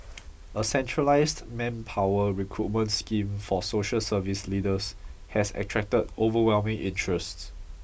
a centralised manpower recruitment scheme for social service leaders has attracted overwhelming interest